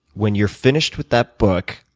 when you're finished with that book,